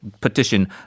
petition